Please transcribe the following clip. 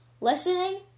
Listening